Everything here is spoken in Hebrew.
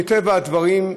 מטבע הדברים,